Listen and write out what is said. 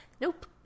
Nope